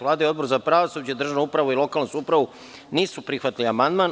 Vlada i Odbor za pravosuđe, državnu upravu i lokalnu samoupravu nisu prihvatili amandman.